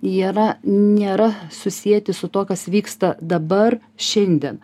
jie yra nėra susieti su tuo kas vyksta dabar šiandien